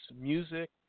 music